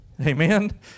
amen